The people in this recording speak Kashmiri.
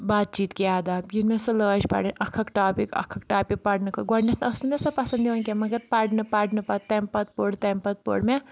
بات چیٖت کے آداب ییٚلہِ مےٚ سۄ لٲج پَرٕنۍ اکھ اکھ ٹاپِک اَکھ ٹاپِک پَرنہٕ کھٔ گۄڈنؠتھ ٲسۍ نہٕ مےٚ سۄ پَسنٛد یِوان کینٛہہ مَگر پَرنہٕ پَرنہٕ پَتہٕ تمہِ پَتہٕ پٔر تمہِ پَتہٕ پٔر مےٚ